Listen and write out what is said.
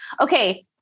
Okay